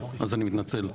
אז אני מתנצל.